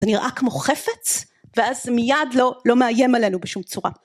זה נראה כמו חפץ ואז מיד לא לא מאיים עלינו בשום צורה